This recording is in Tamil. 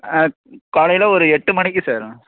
காலையில் ஒரு எட்டு மணிக்கு சார்